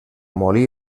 molí